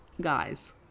guys